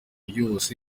yose